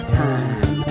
time